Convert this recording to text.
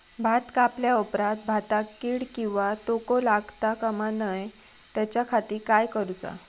भात कापल्या ऑप्रात भाताक कीड किंवा तोको लगता काम नाय त्याच्या खाती काय करुचा?